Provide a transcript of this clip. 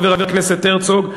חבר הכנסת הרצוג,